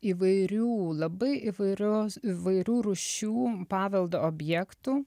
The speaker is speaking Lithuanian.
įvairių labai įvairios įvairių rūšių paveldo objektų